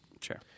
Sure